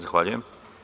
Zahvaljujem.